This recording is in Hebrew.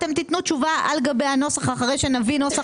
ואתם תתנו תשובה על גבי הנוסח אחרי שנביא נוסח